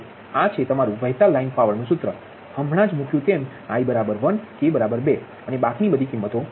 તો આ છે તમારું વહેતા લાઇન પાવરનુ સૂત્ર હમણાં જ મૂક્યું તેમ i 1 k 2 અને બાકીની બધી કિંમતો મૂકો